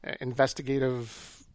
investigative